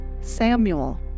Samuel